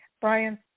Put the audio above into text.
Brian